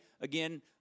Again